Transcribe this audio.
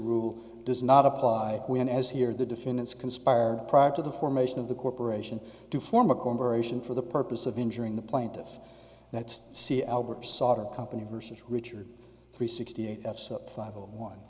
rule does not apply when as here the defendants conspired prior to the formation of the corporation to form a corporation for the purpose of injuring the plaintiff that's c albert sautter company versus richard three sixty